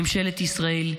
ממשלת ישראל,